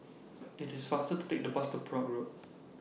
IT IS faster to Take The Bus to Perak Road